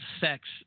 sex